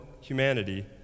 humanity